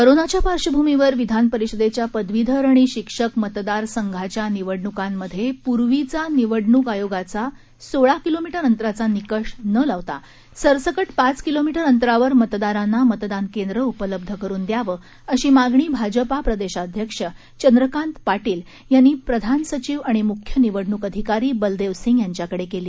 करोनाच्या पार्श्वभूमीवर विधान परिषदेच्या पदवीधर आणि शिक्षक मतदार संघाच्या निवडणुकांमध्ये पूर्वीचा निवडणुक आयोगाचा सोळा किलोमीटर अंतराचा निकष न लावता सरसकट पाच किलोमीटर अंतरावर मतदारांना मतदान केंद्र उपलब्ध करून द्यावं अशी मागणी भाजपा प्रदेश अध्यक्ष चंद्रकांत दादा पाटील यांनी प्रधान सचिव आणि मुख्य निवडणूक अधिकारी बलदेव सिंग यांच्याकडे केली